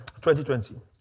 2020